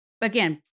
again